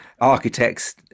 architects